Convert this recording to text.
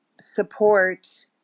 support